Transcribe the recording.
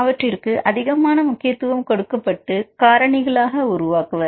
அவற்றிற்கு அதிகமான முக்கியத்துவம் கொடுக்கப்பட்டு காரணிகளாக உருவாக்குவார்